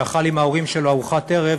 שאכל עם ההורים שלו ארוחת ערב,